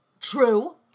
True